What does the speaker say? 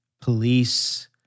police